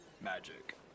magic